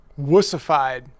wussified